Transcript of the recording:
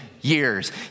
years